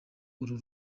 uru